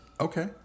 Okay